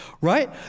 right